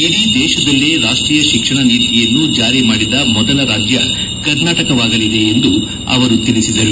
ಇಡೀ ದೇಶದಲ್ಲೇ ರಾಷ್ಟೀಯ ಶಿಕ್ಷಣ ನೀತಿಯನ್ನು ಜಾರಿ ಮಾಡಿದ ಮೊದಲ ರಾಜ್ಯ ಕರ್ನಾಟಕವಾಗಲಿದೆ ಎಂದು ಅವರು ತಿಳಿಸಿದರು